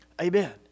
Amen